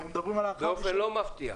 באופן לא מפתיע.